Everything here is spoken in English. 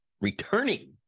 returning